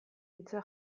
hitza